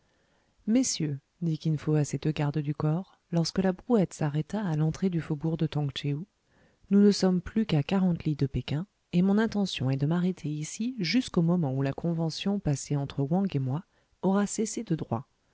messieurs dit kin fo à ses deux gardes du corps lorsque la brouette s'arrêta à l'entrée du faubourg de tong tchéou nous ne sommes plus qu'à quarante lis de péking et mon intention est de m'arrêter ici jusqu'au moment où la convention passée entre wang et moi aura cessé de droit